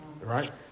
right